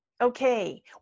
Okay